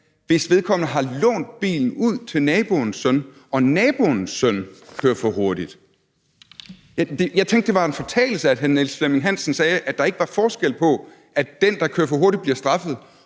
hvis vi har lånt bilen ud til naboens søn og naboens søn kører for hurtigt. Jeg tænkte, at det var en fortalelse, da hr. Niels Flemming Hansen sagde, at der ikke var forskel på situationen, hvor det er den, der kører for hurtigt, der bliver straffet,